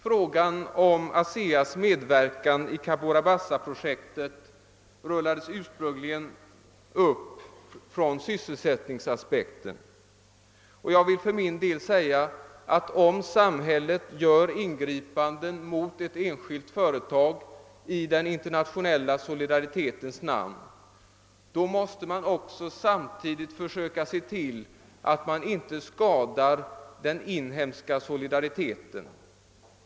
Frågan om ASEA:s medverkan i Cabora Basa-projektet togs ursprungligen upp med hänsyn till sysselsättningsaspekten. Jag vill för min del säga att om samhället gör ingripanden mot ett enskilt företag i den internationella solidaritetens namn, måste man samtidigt försöka se till att man inte skadar den inhemska solidariteten.